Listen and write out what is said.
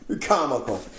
comical